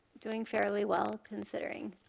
doing fairly well, considering.